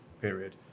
period